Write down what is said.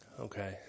Okay